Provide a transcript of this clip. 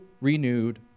renewed